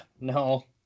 No